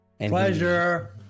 Pleasure